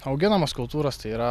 auginamos kultūros tai yra